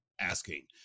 asking